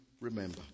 remember